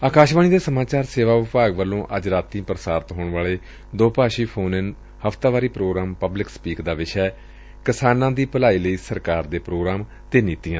ਅਕਾਸ਼ਵਾਣੀ ਦੇ ਸਮਾਚਾਰ ਸੇਵਾ ਵਿਭਾਗ ਵੱਲੋਂ ਅੱਜ ਰਾਤੀਂ ਪੁਸਾਰਿਤ ਹੋਣ ਵਾਲੇ ਦੋ ਭਾਸ਼ੀ ਫੋਨ ਦਿਨ ਹਫ਼ਤਾਵਾਰੀ ਪ੍ਰੋਗਰਾਮ ਪਬਲਿਕ ਸਪੀਕ ਦਾ ਵਿਸ਼ਾ ਏ ਕਿਸਾਨਾਂ ਦੀ ਭਲਾਈ ਲਈ ਸਰਕਾਰ ਦੇ ਪੋਗਰਾਮ ਤੇ ਨੀਤੀਆਂ